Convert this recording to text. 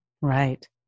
Right